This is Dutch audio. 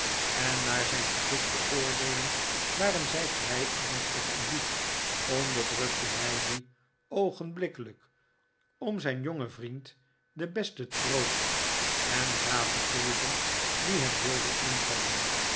en naar zijn gezicht te oordeelen waren zij vrij ernstig en diep onderdrukte hij die oogenblikkelijk om zijn jongen vriend den besten troost en raad te geven die hem wilde invallen